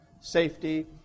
safety